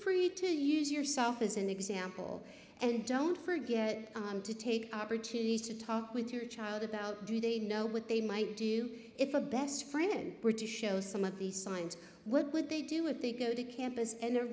free to use yourself as an example and don't forget to take the opportunity to talk with your child about do they know what they might do if a best friend were to show some of these signs what would they do if they go to campus and their